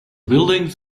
buildings